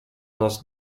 nas